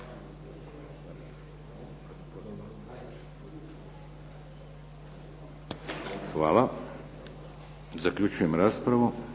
Hvala. Zaključujem raspravu.